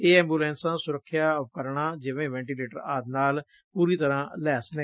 ਇਹ ਐਬੁਲੈਸਾਂ ਸੁਰੱਖਿਆ ਉਪਕਰਣਾਂ ਜਿਵੇਂ ਵੈਂਟੀਲੇਟਰ ਆਦਿ ਨਾਲ ਪੁਰੀ ਤਰਾਂ ਲੈਸ ਨੇ